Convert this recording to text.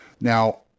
Now